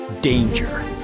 Danger